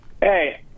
Hey